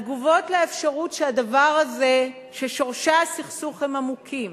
התגובות לאפשרות שהדבר הזה ששורשי הסכסוך הם עמוקים,